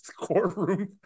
Courtroom